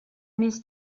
més